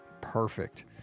perfect